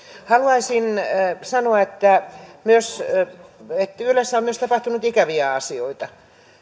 haluaisin sanoa että ylessä on tapahtunut myös ikäviä asioita